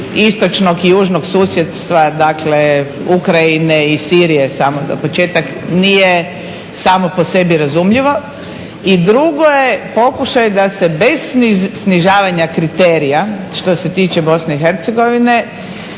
istočnog i južnog susjedstva dakle Ukrajine i Sirije samo za početak nije samo po sebi razumljivo. I drugo je pokušaj da se bez snižavanja kriterija što se tiče BiH osmisli